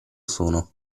sono